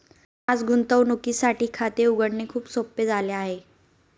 आज गुंतवणुकीसाठी खाते उघडणे खूप सोपे झाले आहे